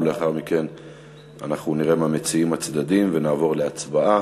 ולאחר מכן נראה מה מציעים הצדדים ונעבור להצבעה.